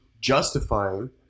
justifying